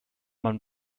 man